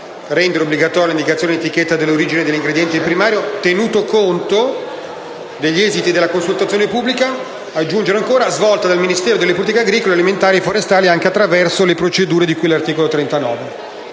rendere obbligatoria l'indicazione in etichetta dell'origine dell'ingrediente primario, tenuto conto degli esiti della consultazione pubblica svolta dal Ministero delle politiche agricole alimentari e forestali, anche attraverso le procedure di cui all'articolo 39»